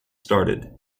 started